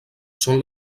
són